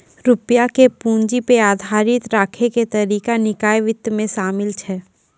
रुपया के पूंजी पे आधारित राखै के तरीका निकाय वित्त मे शामिल छै